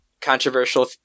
controversial